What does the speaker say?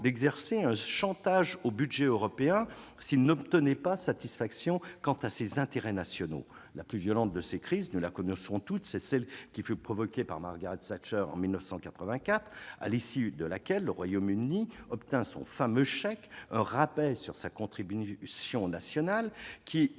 d'exercer un chantage au budget européen s'il n'obtenait pas satisfaction quant à ses intérêts nationaux. Nous le savons, la plus violente de ces crises fut celle qui fut provoquée par Margaret Thatcher en 1984 et à l'issue de laquelle le Royaume-Uni obtint son fameux chèque, un rabais sur sa contribution nationale qui entraîna